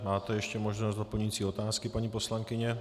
Máte ještě možnost doplňující otázky, paní poslankyně.